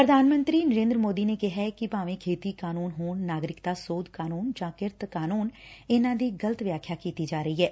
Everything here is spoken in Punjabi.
ਪ੍ਰਧਾਨ ਮੰਤਰੀ ਨਰੇਦਰ ਮੋਦੀ ਨੇ ਕਿਹੈ ਕਿ ਭਾਵੇ ਖੇਤੀ ਕਾਨੰਨ ਹੋਣ ਨਾਗਰਿਕਤਾ ਸੋਧ ਕਾਨੰਨ ਜਾਂ ਕਿਰਤ ਕਾਨੰਨ ਇਨਾਂ ਦੀ ਗਲਤ ਵਿਆਖਿਆ ਕੀਤੀ ਜਾ ਰਹੀ ਐ